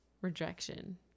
rejection